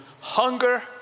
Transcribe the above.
hunger